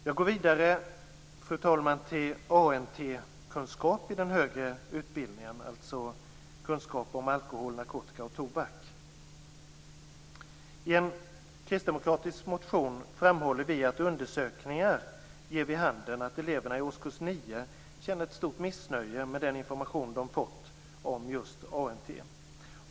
Jag går vidare till ANT-kunskap i den högre utbildningen, dvs. kunskap om alkohol, narkotika och tobak. I en kristdemokratisk motion framhåller vi att undersökningar ger vid handen att eleverna i årskurs 9 känner ett stort missnöje med den information de fått om just ANT.